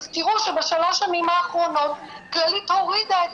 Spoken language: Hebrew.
תראו שבשלוש השנים האחרונות כללית הורידה את